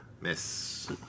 miss